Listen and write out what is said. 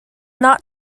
not